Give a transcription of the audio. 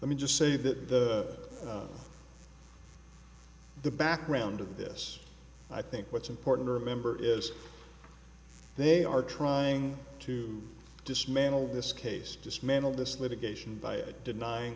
let me just say that the the background of this i think what's important to remember is they are trying to dismantle this case dismantle this litigation by denying